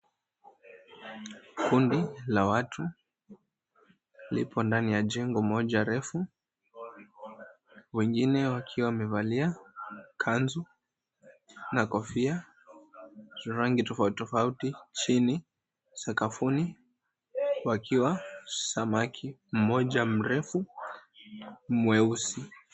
Kundi la watu lipo ndani ya jengo moja refu wengine wakiwa wamevalia kanzu na kofia za rangi tofauti tofauti chini sakafuni wakiwa samaki mmoja mrefu mweusi.